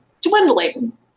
dwindling